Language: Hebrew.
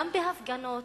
גם בהפגנות,